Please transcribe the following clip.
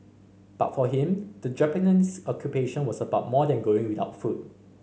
but for him the Japanese Occupation was about more than going without food